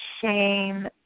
shame